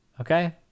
Okay